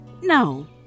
no